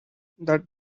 that